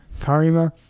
Karima